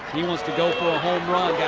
he wants to go for a home run.